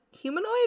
humanoid